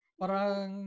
parang